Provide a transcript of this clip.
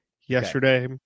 Yesterday